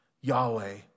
Yahweh